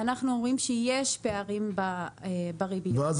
אנחנו אומרים שיש פערים בריביות --- ואז